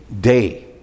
day